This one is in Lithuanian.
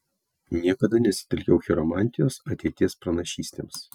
niekada nesitelkiau chiromantijos ateities pranašystėms